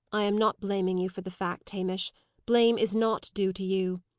i am not blaming you for the fact, hamish blame is not due to you.